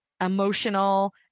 emotional